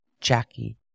Jackie